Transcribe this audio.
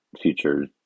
future